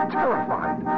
terrified